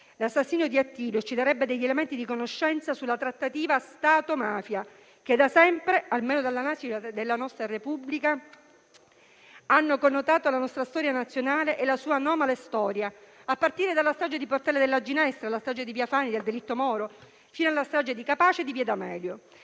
L'assassinio di Attilio ci darebbe elementi di conoscenza sulla trattativa Stato-mafia, che da sempre, almeno dalla nascita della nostra Repubblica, hanno connotato la nostra storia nazionale e l'anomala storia di quanto accaduto, a partire dalla strage di Portella della Ginestra, fino a quelle di via Fani, con il delitto Moro, di Capaci e di via D'Amelio.